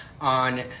on